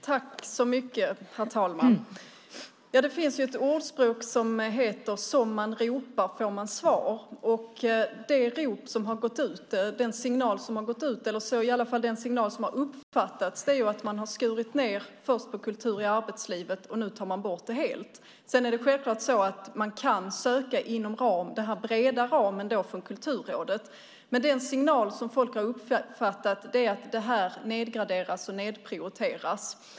Herr talman! Det finns ett ordspråk som heter: Som man ropar får man svar. Det rop som har gått ut är - såsom signalen har uppfattats - att man först har skurit ned på Kultur i arbetslivet, och nu tar man bort det helt. Självklart kan man söka inom den breda ramen från Kulturrådet, men den signal som folk har uppfattat är att det här nedgraderas och nedprioriteras.